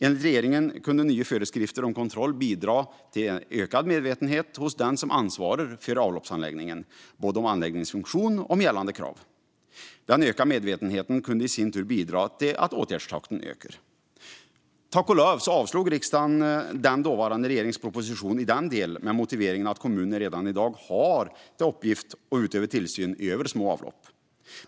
Enligt regeringen kunde nya föreskrifter om kontroll bidra till ökad medvetenhet hos den som ansvarar för en avloppsanläggning, både om anläggningens funktion och om gällande krav. Den ökade medvetenheten kunde i sin tur bidra till att åtgärdstakten ökar. Tack och lov avslog riksdagen den dåvarande regeringens proposition i denna del med motiveringen att kommunerna redan i dag har till uppgift att utöva tillsyn över små avlopp.